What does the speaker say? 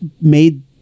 made